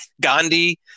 Gandhi